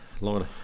Lord